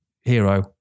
hero